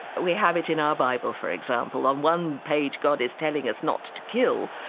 we have it in our bible, for example. on one page god is telling us not to kill,